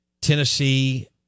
Tennessee